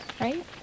right